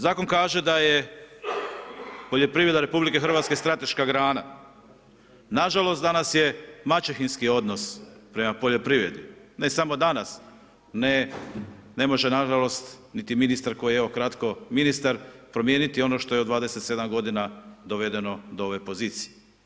Zakon kaže da je poljoprivreda RH strateška grana, nažalost danas je maćehinski odnos prema poljoprivredi, ne samo danas, ne može nažalost niti ministar koji je evo kratko ministar, promijeniti ono što je u 27 g. dovedeno do ove pozicije.